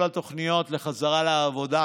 כל התוכניות לחזרה לעבודה,